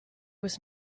was